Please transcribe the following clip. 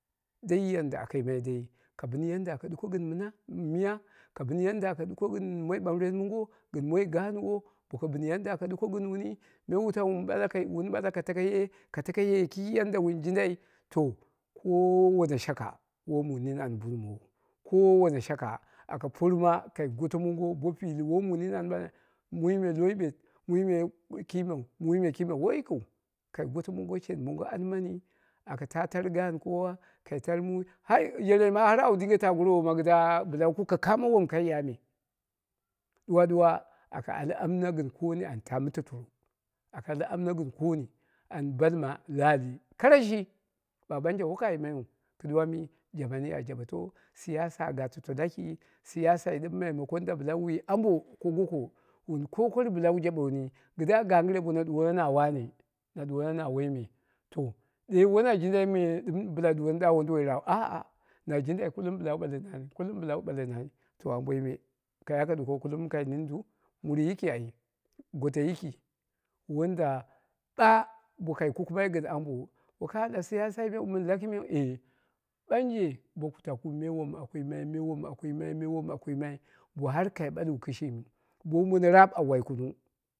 Dai yanda ka yimai dai ka bɨni ɗuko gɨn mina miya ka ban yadda aka ɗuko gɨn moi ɓambɨren mongo gɨn moi gaanwo boko bɨni yadda aka ɗuko gɨn wuni me wutau miɓala wun ɓalaka takoye, ka tako ye ki yanda wun jindai, to kowane shaka woi mu nini an bun mowou, kowane shaka woi mu nim an bun mowou kowane shaka woi mu nim an bunmo wou, kowane shaka a porma kai goto mongo bo pili woi mu nini an ɓalmai lowoi me lo yiwet, mui meme kimeu woi yikiu, kai goto mongo shenmongo anmani aka ta tar gaan kowa kai tar gaan mu, yerei ma au dinge ta gorowo ma kɨdda bɨla wu kuke kamo wom kai ya me, ɗuwa ɗuwa aka al amna gɨn kooni an ta mɨte torro aka al amna gɨn kooni bonni an ɓaima laali kara shi, ɓagh ɓanje woi ka yimaiyun. Kɨduwa mi, jaman ni a jaɓoto, siyasa a ga tito laki siyasai ɗɨm maimakon da wuwi ambo ko goko, wun kokari bɨla wu jaɓe wuni. Kɨdada gangɨre bono ɗuwono na wane na ɗuwo no na woime, de woi na jindai me bila ɗuwoni wonduwol rau aa na jindai kullum bɨla wu ɓale nani kullum bɨla wu ɓale nani. To amboime kullum ka ɗuko kai nindu, muru yiki ai, goto yiki, wanda ɓaa bokai kukumai gɨn ambo woi ka ala siyasai me mɨn lakii meu ɓanje boku taku me wom aku yimai, me wom aku yimai bo har kai ɓalwu kɨshimi bowu mone raap au wai kunung